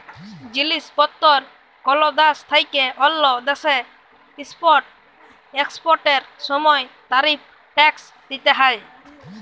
জিলিস পত্তর কল দ্যাশ থ্যাইকে অল্য দ্যাশে ইম্পর্ট এক্সপর্টের সময় তারিফ ট্যাক্স দ্যিতে হ্যয়